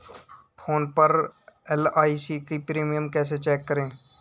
Phone पर LIC का premium कैसे चेक करें?